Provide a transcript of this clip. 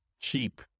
cheap